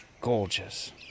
gorgeous